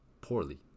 poorly